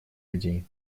людей